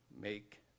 make